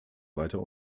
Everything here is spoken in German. weiter